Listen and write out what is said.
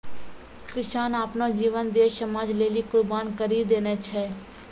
किसान आपनो जीवन देस समाज लेलि कुर्बान करि देने छै